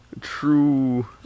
true